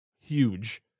huge